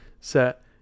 set